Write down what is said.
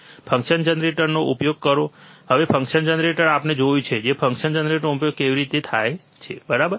function જનરેટરનો ઉપયોગ કરો હવે ફંક્શન જનરેટર આપણે જોયું કે ફંક્શન જનરેટરનો ઉપયોગ કેવી રીતે થાય છે બરાબર